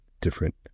different